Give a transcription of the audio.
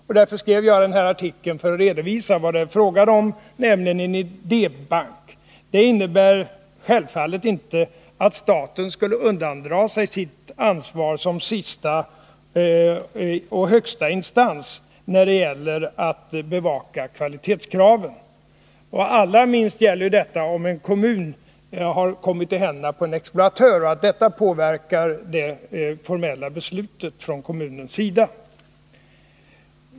Jag skrev då denna artikel för att redovisa vad det var fråga om, nämligen att anvisningarna skulle ses som en idébank. Det innebar självfallet inte att staten skulle undandra sig sitt ansvar som sista och högsta instans när det gäller att bevaka kvalitetskraven. Och allra minst gäller ju detta om en kommun har kommit i händerna på en exploatör och detta påverkar det formella beslutet från kommunens sida.